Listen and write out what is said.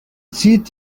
zieht